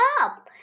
up